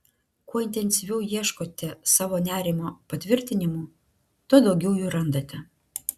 kuo intensyviau ieškote savo nerimo patvirtinimų tuo daugiau jų randate